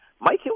Mike